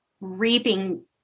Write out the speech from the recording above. reaping